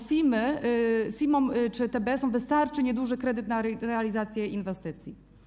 SIM-om czy TBS-om wystarczy nieduży kredyt na realizację inwestycji.